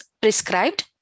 prescribed